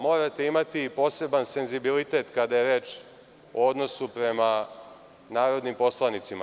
Morate imati poseban senzibilitet kada je reč o odnosu prema narodnim poslanicima.